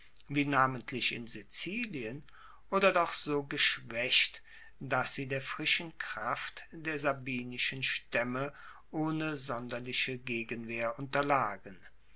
wie namentlich in sizilien oder doch so geschwaecht dass sie der frischen kraft der sabinischen staemme ohne sonderliche gegenwehr unterlagen